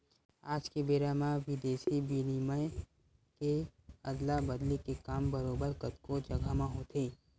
आज के बेरा म बिदेसी बिनिमय के अदला बदली के काम बरोबर कतको जघा म होथे